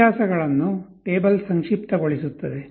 ವ್ಯತ್ಯಾಸಗಳನ್ನು ಟೇಬಲ್ ಸಂಕ್ಷಿಪ್ತಗೊಳಿಸುತ್ತದೆ